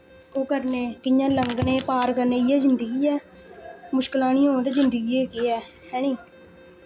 ओ करने कि'यां लंघने पार करने इ'यै जिंदगी ऐ मुश्कलां निं होन ते जिंदगी गै केह् ऐ हैनी